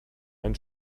ein